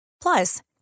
Plus